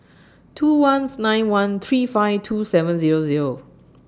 two once nine one three five two seven Zero Zero